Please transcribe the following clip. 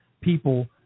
people